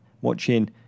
watching